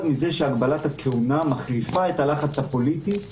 מזה שהגבלת הכהונה מחליפה את הלחץ הפוליטי.